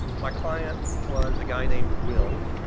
my client was a guy named will.